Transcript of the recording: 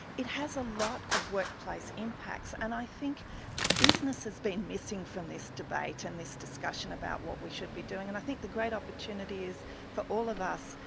it has a lot of workplace impacts, and i think business has been missing from this debate and this discussion about what we should be doing, and i think the great opportunity is for all of us,